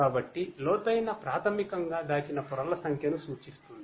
కాబట్టి లోతైన ప్రాథమికంగా దాచిన పొరల సంఖ్యను సూచిస్తుంది